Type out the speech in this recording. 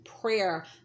prayer